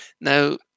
Now